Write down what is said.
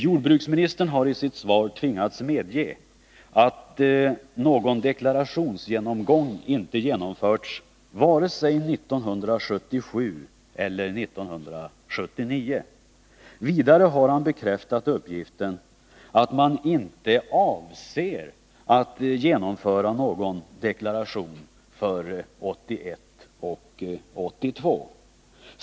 Jordbruksministern har i sitt svar tvingats medge att någon deklarationsgenomgång inte genomförts vare sig 1977 eller 1979. Vidare har han bekräftat uppgiften att man inte avser att genomföra någon deklaration för 1981 och 1982.